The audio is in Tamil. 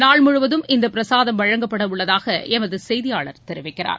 நாள் முழுவதும் இந்த பிரசாதம் வழங்கப்பட உள்ளதாக எமது செய்தியாளர் தெரிவிக்கிறார்